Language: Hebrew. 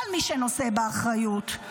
כל מי שנושא באחריות.